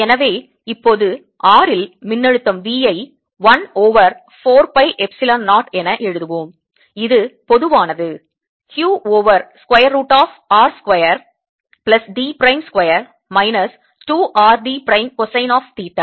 எனவே இப்போது r இல் மின்னழுத்தம் V ஐ 1 ஓவர் 4 பை எப்சிலன் 0 என எழுதுவோம் இது பொதுவானது q over square root of r square plus d prime square minus 2 r d prime cosine of theta